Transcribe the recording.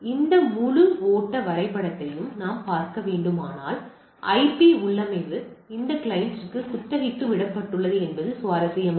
இந்த முழு ஓட்ட வரைபடத்தையும் நாம் பார்க்க வேண்டுமானால் ஐபி உள்ளமைவு இந்த கிளையண்டிற்கு குத்தகைக்கு விடப்பட்டுள்ளது என்பது சுவாரஸ்யமானது